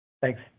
Thanks